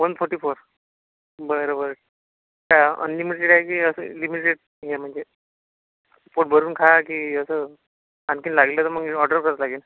one forty four बर बर चा अनलिमिटेड आहे की असं लिमिटेडए म्हंजे पोट भरून खा की असं आणखीन लागलं तर मंग ऑर्डर करता येईल